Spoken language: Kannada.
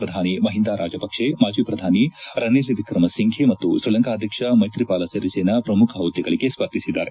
ಪ್ರಧಾನಿ ಮಹಿಂದಾ ರಾಜಪಕ್ಷೆ ಮಾಜಿ ಶ್ರಧಾನಿ ರನೀಲ್ ವಿಕ್ರಮ ಸಿಂಘೆ ಮತ್ತು ಶ್ರೀಲಂಕಾ ಅಧ್ಯಕ್ಷ ಮೈತ್ರಿಪಾಲ ಸಿರಿಸೇನಾ ಪ್ರಮುಖ ಹುದ್ದೆಗಳಿಗೆ ಸ್ವರ್ಧಿಸಿದ್ದಾರೆ